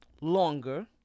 longer